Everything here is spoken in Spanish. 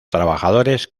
trabajadores